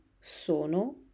Sono